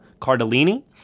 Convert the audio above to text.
Cardellini